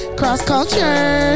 cross-culture